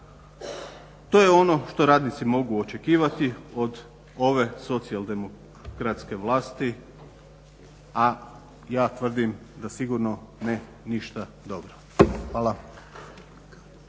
To je ono što radnici mogu očekivati od ove socijaldemokratske vlasti, a ja tvrdim da sigurno ne ništa dobro. Hvala.